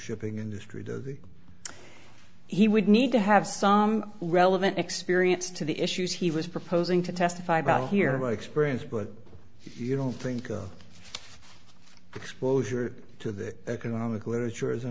shipping industry to he would need to have some relevant experience to the issues he was proposing to testify about hear about experience but you don't think exposure to the economic literature is